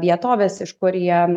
vietoves iš kur jie